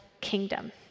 kingdom